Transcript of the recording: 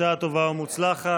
בשעה טובה ומוצלחת.